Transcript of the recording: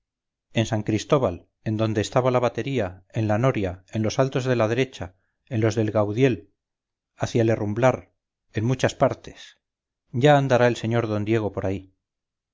en san cristóbal en donde estaba la batería en la noria en los altos de la derecha en los del gaudiel hacia el herrumblar en muchas partes ya andará el sr d diego por ahí